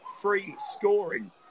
free-scoring